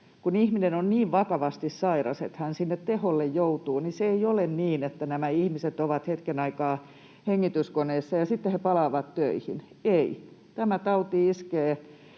Kun ihminen on niin vakavasti sairas, että hän sinne teholle joutuu, niin se ei ole niin, että nämä ihmiset ovat hetken aikaa hengityskoneessa ja sitten he palaavat töihin. Ei, tämä tauti iskee